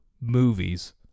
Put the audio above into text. movies